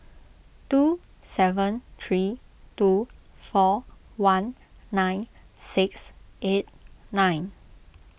two seven three two four one nine six eight nine